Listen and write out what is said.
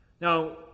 now